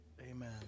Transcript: Amen